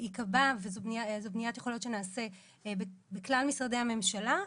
זאת בניית יכולות שנעשה בכלל משרדי הממשלה,